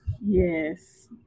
Yes